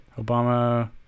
Obama